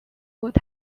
what